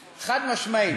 חד-משמעית.